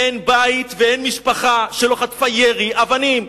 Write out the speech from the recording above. אין בית ואין משפחה שלא חטפה ירי, אבנים.